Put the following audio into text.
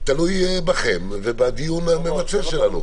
תלוי בכם ובדיון הממצה שלנו.